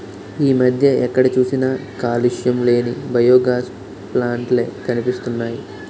ఈ మధ్య ఎక్కడ చూసినా కాలుష్యం లేని బయోగాస్ ప్లాంట్ లే కనిపిస్తున్నాయ్